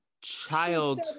child